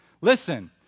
Listen